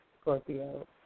Scorpio